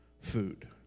food